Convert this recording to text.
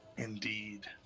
Indeed